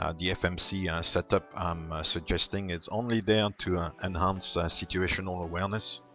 um the fmc setup i'm suggesting is only there to enhance situational awareness.